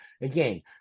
again